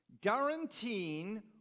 guaranteeing